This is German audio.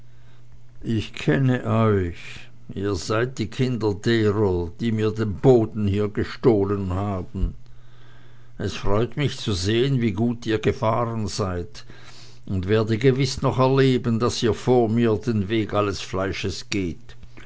ich kenne euch ihr seid die kinder derer die mir den boden hier gestohlen haben es freut mich zu sehen wie gut ihr gefahren seid und werde gewiß noch erleben daß ihr vor mir den weg alles fleisches geht